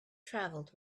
travelled